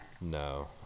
No